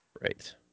right